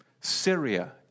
Syria